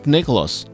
Nicholas